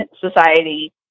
society